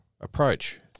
approach